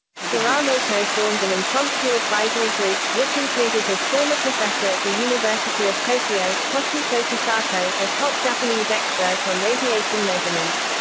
soramoto formed an impromptu advisory group, which included his former professor at the university of tokyo, toshiso kosako, a top japanese expert on radiation measurement.